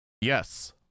Yes